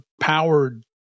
powered